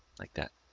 like that.